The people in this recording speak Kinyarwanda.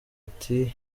ati